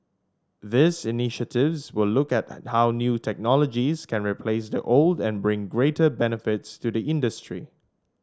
these initiatives will look at how new technologies can replace the old and bring greater benefits to the industry